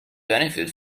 benefit